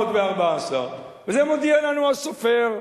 342,414, ואת זה מודיע לנו הסופר.